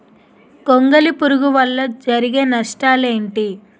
గొంగళి పురుగు వల్ల జరిగే నష్టాలేంటి?